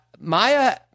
Maya